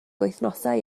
wythnosau